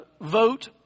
vote